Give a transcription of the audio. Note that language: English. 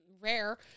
rare